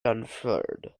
unfurled